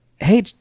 Hey